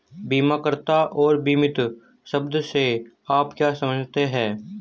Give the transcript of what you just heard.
बीमाकर्ता और बीमित शब्द से आप क्या समझते हैं?